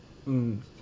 mm